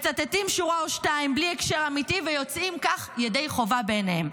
מצטטים שורה או שתיים בלי הקשר אמיתי ויוצאים כך ידי חובה בעיניהם.